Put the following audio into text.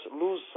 lose